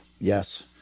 Yes